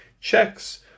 checks